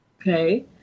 okay